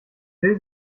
will